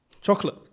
Chocolate